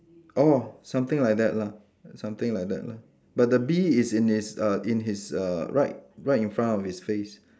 oh something like that lah something like that lah but the bee is in his uh in his uh right right in front of his face